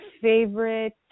favorite